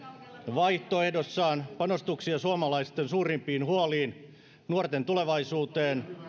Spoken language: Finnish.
vaihtoehdossaan panostuksia suomalaisten suurimpiin huoliin nuorten tulevaisuuteen